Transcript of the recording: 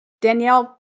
Danielle